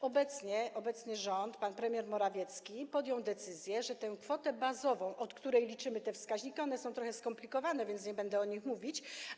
To obecny rząd, pan premier Morawiecki podjęli decyzję, że kwotą bazową, od której liczymy wskaźniki, które są trochę skomplikowane, więc nie będę o nich mówić.